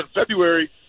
February